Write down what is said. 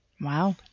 Wow